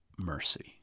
mercy